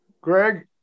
greg